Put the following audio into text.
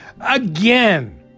Again